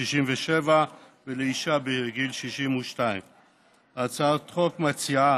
הוא לגברים גיל 67 ולנשים גיל 62. הצעת החוק מציעה